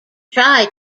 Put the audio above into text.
try